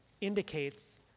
indicates